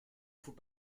faut